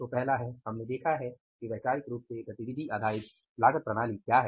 तो पहला है हमने देखा है कि वैचारिक रूप से एबीसी क्या है